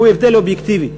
הוא הבדל אובייקטיבי,